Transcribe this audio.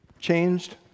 changed